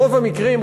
רוב המקרים,